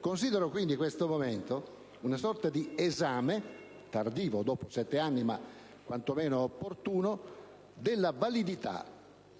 Considero quindi questo momento una sorta di esame, tardivo, dopo sette anni, ma quantomeno opportuno, della validità,